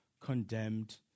condemned